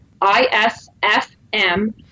ISFM